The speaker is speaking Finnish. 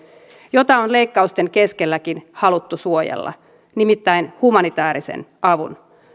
jota on leikkausten keskelläkin haluttu suojella nimittäin humanitäärisen avun